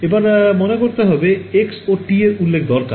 এবার মনে করতে হবে x ও tউল্লেখ করা দরকার